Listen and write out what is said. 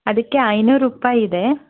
ಅದಕ್ಕೆ ಐನೂರು ರೂಪಾಯಿ ಇದೆ